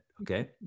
okay